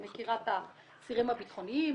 אני מכירה את האסירים הביטחוניים,